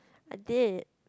I did